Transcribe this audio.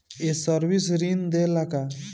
ये सर्विस ऋण देला का?